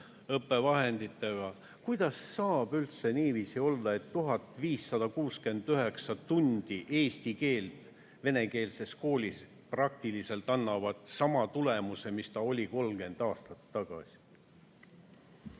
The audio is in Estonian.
õppevahenditega. Kuidas saab üldse niiviisi olla, et 1569 tundi eesti keelt venekeelses koolis annavad praktiliselt sama tulemuse, mis oli 30 aastat tagasi?